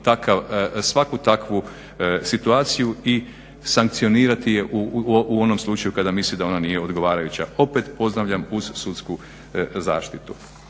svaku takvu situaciju i sankcionirati je u onom slučaju kada misli da ona nije odgovarajuća. Opet pozdravljam uz sudsku zaštitu.